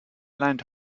land